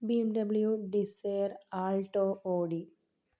B M W Dzire Alto Audi